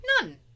None